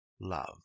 love